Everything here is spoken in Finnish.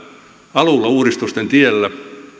alulla uudistusten tiellä